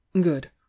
good